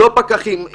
אין פקחים,